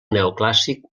neoclàssic